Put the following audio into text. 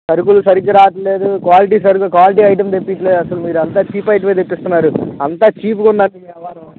సరుకులు సరిగ్గా రావటం లేదు క్వాలిటీ సరిగ్గా క్వాలిటీ ఐటమ్ తెప్పించట్లేదు అసలు మీరు అంతా చీప్ ఐటమే తెప్పిస్తున్నారు అంతా చీపుగా ఉందండి మీ వ్యవహారం